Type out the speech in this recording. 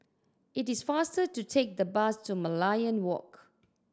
it is faster to take the bus to Merlion Walk